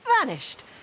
vanished